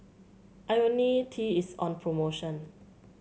IoniL T is on promotion